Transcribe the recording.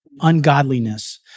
ungodliness